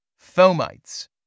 fomites